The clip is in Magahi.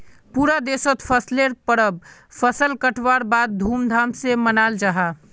पूरा देशोत फसलेर परब फसल कटवार बाद धूम धाम से मनाल जाहा